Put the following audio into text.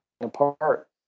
apart